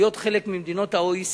להיות חלק ממדינות ה-OECD.